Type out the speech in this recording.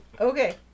Okay